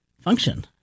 function